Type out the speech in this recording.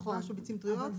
דבש או ביצים טריות.